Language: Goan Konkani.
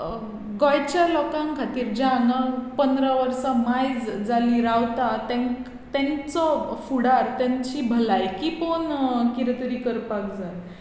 गोंयच्या लोकांक खातीर जे हांगा पंदरा वर्सां मायज जालीं रावता तांकं तांचो फुडार तांची भलायकी पळोवन किदें तरी करपाक जाय